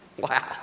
Wow